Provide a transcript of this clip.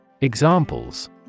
Examples